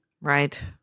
right